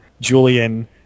Julian